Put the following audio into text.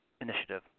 initiative